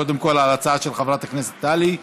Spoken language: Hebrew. קודם כול על ההצעה של חברת הכנסת טלי,